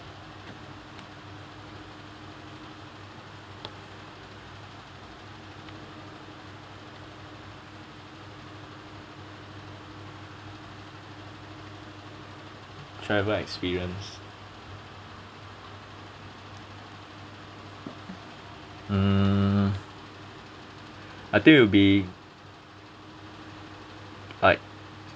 travel experience mm I think will be like